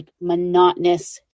monotonous